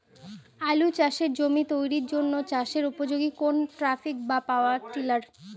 আলু চাষের জমি তৈরির জন্য চাষের উপযোগী কোনটি ট্রাক্টর না পাওয়ার টিলার?